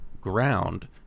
ground